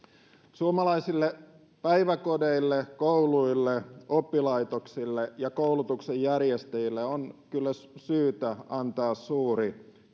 suomalaisille päiväkodeille kouluille oppilaitoksille ja koulutuksen järjestäjille on kyllä syytä antaa suuri